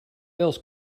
else